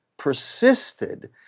persisted